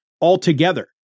altogether